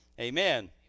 Amen